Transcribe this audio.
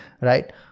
right